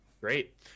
Great